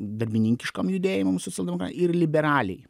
darbininkiškam judėjimam sociademokra ir liberaliai